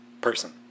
person